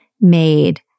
made